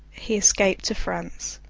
he escaped to france.